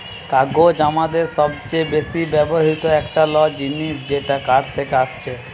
কাগজ আমাদের সবচে বেশি ব্যবহৃত একটা ল জিনিস যেটা কাঠ থেকে আসছে